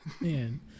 Man